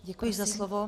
Děkuji za slovo.